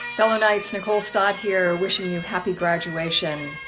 fellow knights, nicole stott here, wishing you happy graduation.